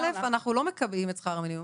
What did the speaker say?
אנחנו לא מקבעים את שכר המינימום,